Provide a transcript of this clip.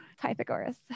Pythagoras